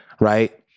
Right